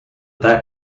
that